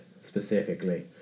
specifically